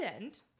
end